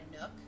Nook